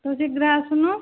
ତୁ ଶୀଘ୍ର ଆସୁନୁ